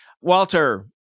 Walter